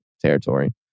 territory